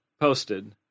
posted